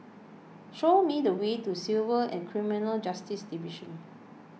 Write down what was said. show me the way to Civil and Criminal Justice Division